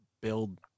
build